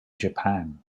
japan